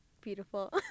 Beautiful